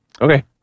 Okay